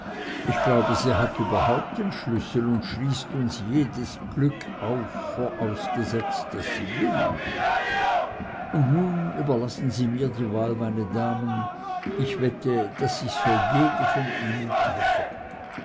ich glaube sie hat überhaupt den schlüssel und schließt uns jedes glück auf vorausgesetzt daß sie will und nun überlassen sie mir die wahl meine damen ich wette daß ich's für jede von ihnen treffe